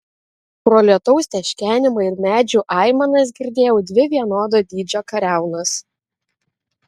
pro lietaus teškenimą ir medžių aimanas girdėjau dvi vienodo dydžio kariaunas